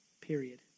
period